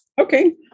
Okay